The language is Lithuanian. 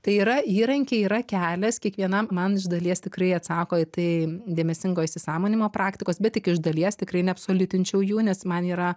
tai yra įrankiai yra kelias kiekvienam man iš dalies tikrai atsako į tai dėmesingo įsisąmonimo praktikos bet tik iš dalies tikrai neabsoliutinčiau jų nes man yra